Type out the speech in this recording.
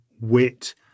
wit